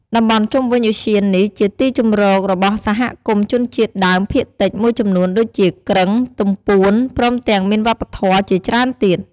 តំបន់ជុំវិញឧទ្យាននេះជាទីជម្រករបស់សហគមន៍ជនជាតិដើមភាគតិចមួយចំនួនដូចជាគ្រឹង ទំពួន ព្រមទាំងមានវប្បធម៌ជាច្រើនទៀត។